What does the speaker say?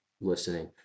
listening